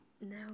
No